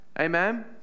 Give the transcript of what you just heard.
Amen